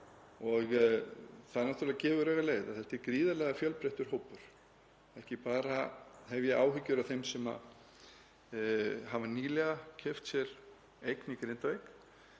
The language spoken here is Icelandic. Það náttúrlega gefur augaleið að þetta er gríðarlega fjölbreyttur hópur. Ekki bara hef ég áhyggjur af þeim sem hafa nýlega keypt sér eign í Grindavík